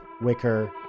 wicker